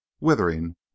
withering